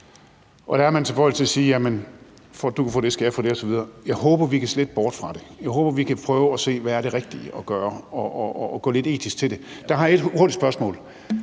Og der er man tilbøjelig til at sige: Jamen for at du kan få det, skal jeg have det osv. Jeg håber, vi kan slippe bort fra det. Jeg håber, vi kan prøve at se, hvad der er det rigtige at gøre, og gå lidt etisk til det. Der har jeg et hurtigt spørgsmål: